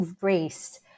race